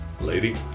Lady